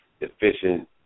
efficient